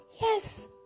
Yes